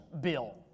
Bill